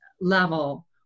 level